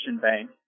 bank